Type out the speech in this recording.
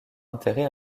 intérêt